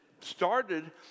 started